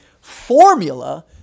formula